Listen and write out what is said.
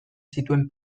zituen